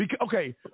Okay